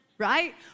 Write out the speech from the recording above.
Right